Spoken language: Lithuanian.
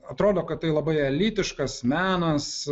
atrodo kad tai labai elitiškas menas